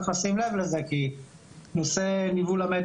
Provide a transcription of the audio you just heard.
צריך לשים לב לזה כי נושא ניבול המת